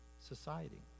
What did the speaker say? society